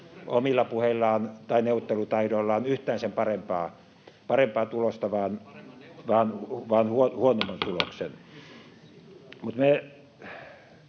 omilla puheillaan tai neuvottelutaidoillaan yhtään sen parempaa tulosta [Timo Heinonen: Paremman